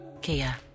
Kia